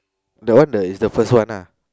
the one the is the first one ah